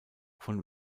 von